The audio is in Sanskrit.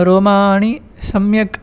रोमाणि सम्यक्